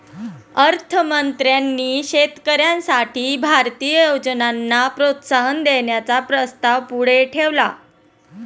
अर्थ मंत्र्यांनी शेतकऱ्यांसाठी भारतीय योजनांना प्रोत्साहन देण्याचा प्रस्ताव पुढे ठेवला